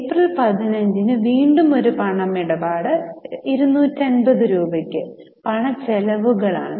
April 15 ന് വീണ്ടും ഒരു പണമിടപാട് 250 രൂപയ്ക്ക് പണച്ചെലവുകൾ ഉണ്ട്